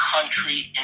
country